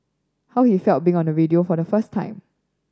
how he felt being on radio for the first time